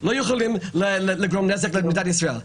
הם לא יכולים לגרום נזק למדינת ישראל.